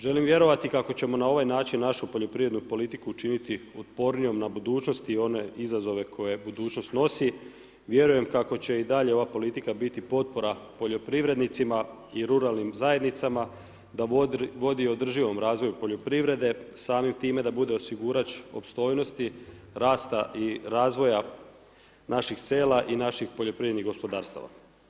Želim vjerovati kako ćemo na ovaj način našu poljoprivrednu politiku učiniti otpornijom na budućnost i one izazove koje budućnost nosi, vjerujem kako će i dalje ova politika biti potpora poljoprivrednicima i ruralnim zajednicama da vodi održivom razvoju poljoprivrede, samim time da bude osigurač opstojnosti, rasta i razvoja napih sela i naših poljoprivrednih gospodarstva.